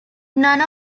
none